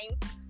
time